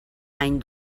any